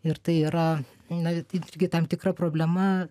ir tai yra na tai irgi tam tikra problema